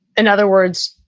in other words,